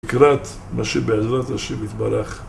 לקראת מה שבעזרת השם יתברך